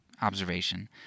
observation